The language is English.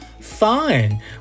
Fine